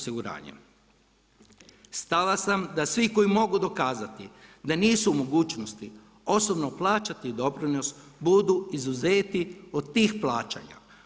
Stava sam da svi koji mogu dokazati da nisu u mogućnosti osobno plaćati doprinos budu izuzeti od tih plaćanja.